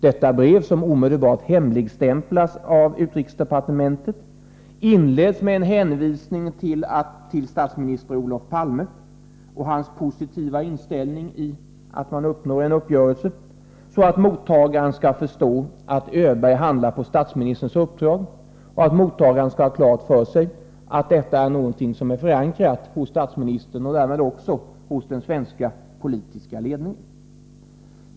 Detta brev — som omedelbart hemligstämplas av utrikesdepartementet — inleds med en hänvisning till statsminister Palme och hans positiva inställning till att en uppgörelse träffas, så att mottagaren skall förstå att Öberg handlar på statsministerns uppdrag och att mottagaren skall ha klart för sig att detta är något som är förankrat hos statsministern och därmed också hos den svenska politiska ledningen.